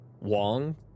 Wong